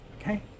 okay